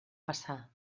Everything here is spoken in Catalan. passar